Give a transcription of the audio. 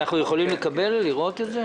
נוכל לקבל ולראות את זה?